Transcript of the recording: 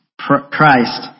Christ